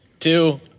Two